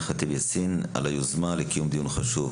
ח'טיב יאסין על היוזמה לקיום הדיון החשוב.